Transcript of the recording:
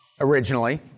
originally